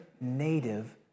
native